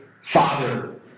father